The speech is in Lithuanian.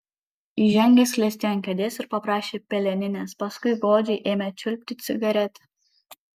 įžengęs klestelėjo ant kėdės ir paprašė peleninės paskui godžiai ėmė čiulpti cigaretę